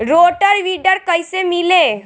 Rotor weeder कईसे मिले?